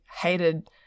hated